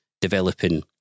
developing